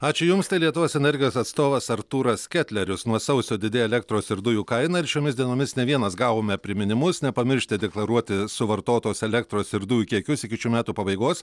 ačiū jums tai lietuvos energijos atstovas artūras ketlerius nuo sausio didėja elektros ir dujų kaina ir šiomis dienomis ne vienas gavome priminimus nepamiršti deklaruoti suvartotos elektros ir dujų kiekius iki šių metų pabaigos